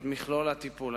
את מכלול הטיפול.